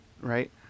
right